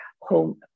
home